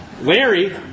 Larry